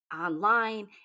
online